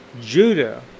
Judah